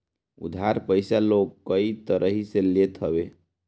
उधार पईसा लोग कई तरही से लेत हवे